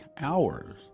hours